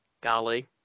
golly